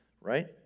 Right